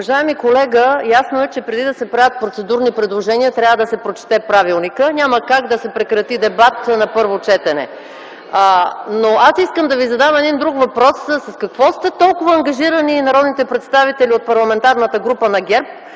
Уважаеми колега, ясно е, че преди да се правят процедурни предложения, трябва да се прочете правилникът. Няма как да се прекрати дебат на първо четене. Аз искам да Ви задам един друг въпрос: с какво сте толкова ангажирани народните представители от Парламентарната група на ГЕРБ,